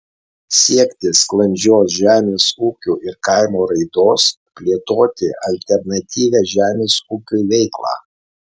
siekti sklandžios žemės ūkio ir kaimo raidos plėtoti alternatyvią žemės ūkiui veiklą